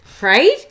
right